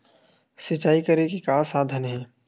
सिंचाई करे के का साधन हे?